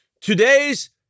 today's